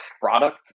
product